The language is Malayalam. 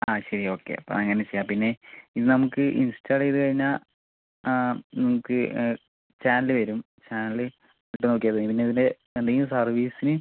ആ ശരി ഓക്കെ അപ്പം അങ്ങനെ ചെയ്യാം പിന്നെ ഇത് നമുക്ക് ഇൻസ്റ്റാള് ചെയ്ത് കഴിഞ്ഞാൽ ആ നമുക്ക് ചാനല് വരും ചാനല് ഇട്ട് നോക്കിയാൽ മതി പിന്നെ ഇതിൻ്റെ എന്തെങ്കിലും സർവീസിന്